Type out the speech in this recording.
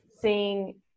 seeing